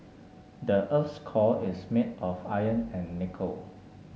the earth core is made of iron and nickel